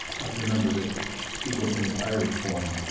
have to remember that eagleton's irish-born.